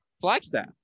Flagstaff